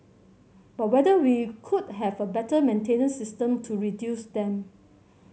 but whether we could have a better maintenance system to reduce them